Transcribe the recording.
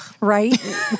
right